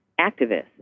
activists